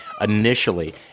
initially